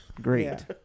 Great